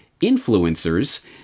influencers